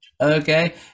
Okay